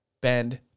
bend